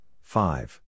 five